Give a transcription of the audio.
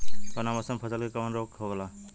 कवना मौसम मे फसल के कवन रोग होला?